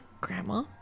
grandma